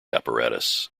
apparatus